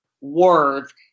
words